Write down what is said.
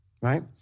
right